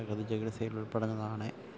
പ്രകൃതി ചികിത്സയിൽ ഉൾപ്പെടുന്നതാണ്